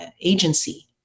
agency